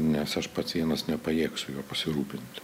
nes aš pats vienas nepajėgsiu juo pasirūpinti